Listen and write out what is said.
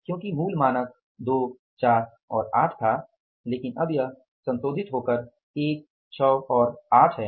क्योंकि मूल मानक 2 4 और 8 था लेकिन अब यह संशोधित 1 6 और 8 है